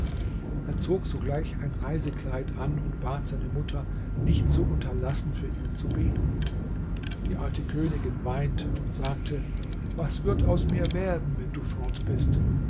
er zog sogleich ein reisekleid an und bat seine mutter nicht zu unterlassen für ihn zu beten die alte königin weinte und sagte was wird aus mir werden wenn du fort bist